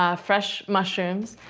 ah fresh mushrooms,